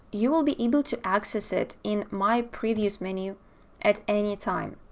you will be able to access it in my previous menu at any time.